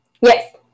Yes